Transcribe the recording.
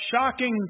shocking